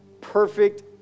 perfect